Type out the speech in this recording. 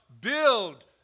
build